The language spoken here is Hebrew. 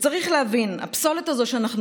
וצריך להבין: הפסולת הזאת שאנחנו